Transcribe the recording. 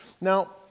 Now